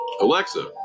Alexa